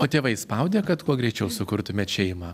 o tėvai spaudė kad kuo greičiau sukurtumėt šeimą